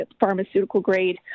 pharmaceutical-grade